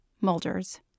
Mulder's